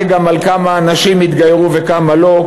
גם על השאלה כמה אנשים התגיירו וכמה לא,